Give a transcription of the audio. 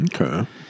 Okay